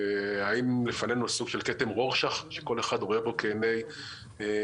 האם לפנינו סוג של כתם רורשאך שכל אחד רואה בו כעיני רוחו?